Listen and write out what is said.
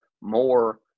more